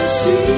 see